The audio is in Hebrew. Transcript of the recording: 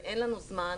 ואין לנו זמן.